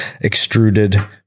extruded